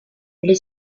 est